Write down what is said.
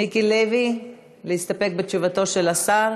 מיקי לוי, להסתפק בתשובתו של השר?